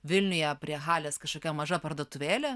vilniuje prie halės kažkokia maža parduotuvėlė